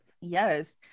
yes